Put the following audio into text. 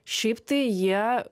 šiaip tai jie